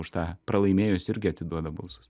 už tą pralaimėjusį irgi atiduoda balsus